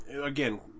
again